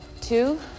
Two